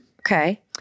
Okay